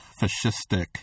fascistic